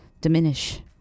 diminish